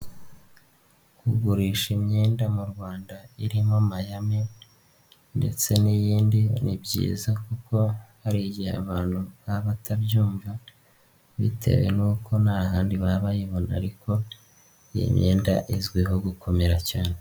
Kugurisha imyenda mu Rwanda irimo mayami ndetse n'iyindi, ni byizayiza kuko hari igihe abantu baba batabyumva, bitewe n'uko nta handi baba bayibona ariko iyi myenda izwiho gukomera cyane.